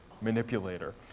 manipulator